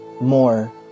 more